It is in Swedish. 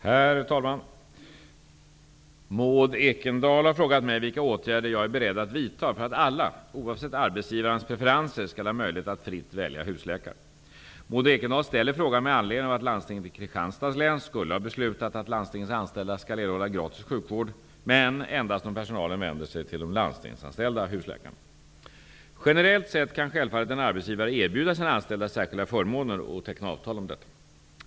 Herr talman! Maud Ekendahl har frågat mig vilka åtgärder jag är beredd att vidta för att alla, oavsett arbetsgivarens preferenser, skall ha möjlighet att fritt välja husläkare. Maud Ekendahl ställer frågan med anledning av att landstinget i Kristianstads län skulle ha beslutat att landstingets anställda skall erhålla gratis sjukvård, men endast om personalen vänder sig till de landstingsanställda husläkarna. Generellt sett kan självfallet en arbetsgivare erbjuda sina anställda särskilda förmåner och teckna avtal om detta.